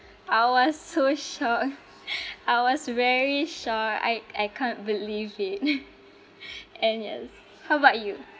I was so shocked I was very shocked I I can't believe it and yes how about you